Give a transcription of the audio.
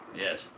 yes